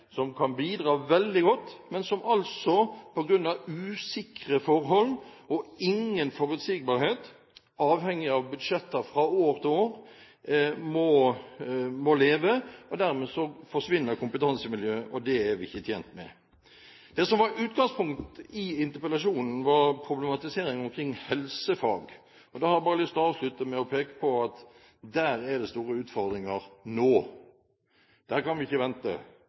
som kan bidra veldig godt, på grunn av usikre forhold og ingen forutsigbarhet, avhengig av budsjetter fra år til år – men de må leve. Dermed forsvinner kompetansemiljøet. Det er vi ikke tjent med. Det som var utgangspunktet i interpellasjonen, var problematiseringen omkring helsefag. Da har jeg bare lyst til å avslutte med å peke på at der er det store utfordringer nå. Der kan vi ikke vente.